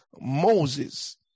Moses